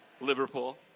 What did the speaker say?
Liverpool